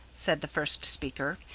said the first speaker,